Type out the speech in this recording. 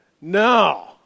No